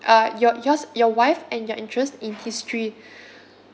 uh your yours your wife and your interest in history